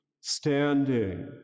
standing